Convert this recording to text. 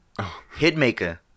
Hitmaker